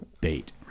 bait